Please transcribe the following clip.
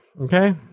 Okay